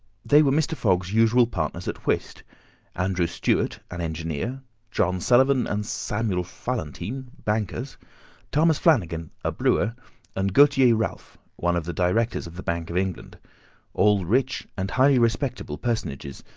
they were mr. fogg's usual partners at whist andrew stuart, an engineer john sullivan and samuel fallentin, bankers thomas flanagan, a brewer and gauthier ralph, one of the directors of the bank of england all rich and highly respectable personages,